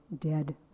dead